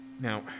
Now